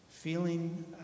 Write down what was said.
feeling